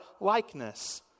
likeness